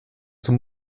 zum